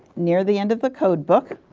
near the end of the code book,